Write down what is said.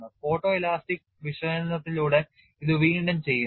photoelastic വിശകലനത്തിലൂടെ ഇത് വീണ്ടും ചെയ്യുന്നു